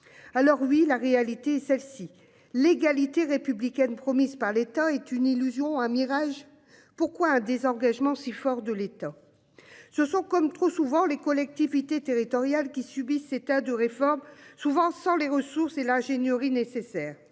Alors oui, la réalité celle-ci l'égalité républicaine promise par l'État est une illusion a mirage. Pourquoi un désengagement si fort de l'État. Se sont comme trop souvent les collectivités territoriales qui subissent état de réformes souvent sans les ressources et l'j'nourri nécessaire.